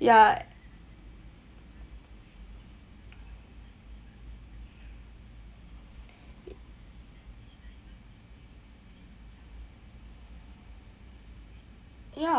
ya